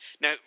Now